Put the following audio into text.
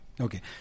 Okay